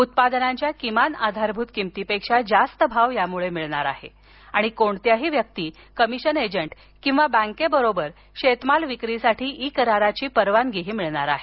उत्पादनांच्या किमान आधारभूत किंमतीपेक्षा जास्त भाव यामुळे मिळणार आहे आणि कोणत्याही व्यक्ती कमिशन एजंट किंवा बँकेबरोबर शेतमाल विक्रीसाठी ई कराराची परवानगी मिळू शकणार आहे